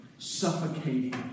suffocating